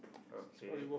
okay